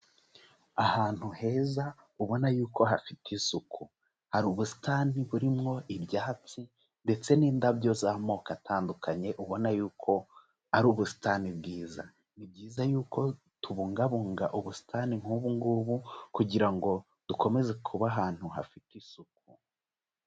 Ahantu heza ubona yuko hafite isuku, hari ubusitani burimwo ibyatsi ndetse n'indabyo z'amoko atandukanye ubona yuko ari ubusitani bwiza, ni byiza yuko tubungabunga ubusitani nk'ubu ngubu kugira ngo dukomeze kuba ahantu hafite isuku.